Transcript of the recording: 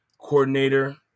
coordinator